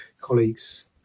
colleagues